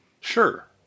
Sure